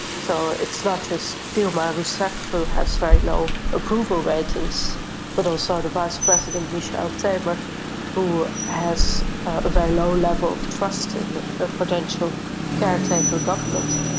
so it's not just dilma rousseff who has very low approval ratings but also the vice president michel temer who has a very low level of trust in a potential caretaker government,